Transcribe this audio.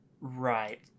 Right